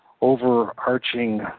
overarching